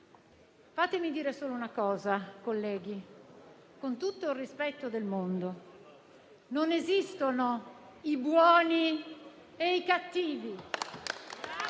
Fatemi dire solo una cosa, colleghi, con tutto il rispetto del mondo: non esistono i buoni e i cattivi.